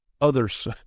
others